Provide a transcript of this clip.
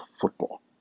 football